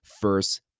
first